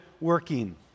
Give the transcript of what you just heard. working